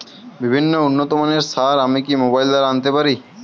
বিভিন্ন উন্নতমানের সার আমি কি মোবাইল দ্বারা আনাতে পারি?